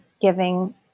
giving